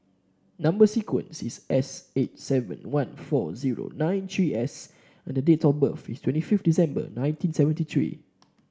number sequence is S eight seven one four zero nine three S and the date of birth is twenty fifth December nineteen seventy three